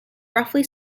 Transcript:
roughly